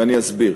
ואני אסביר.